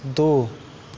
दू